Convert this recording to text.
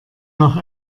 nach